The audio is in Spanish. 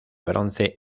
bronce